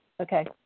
Okay